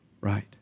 right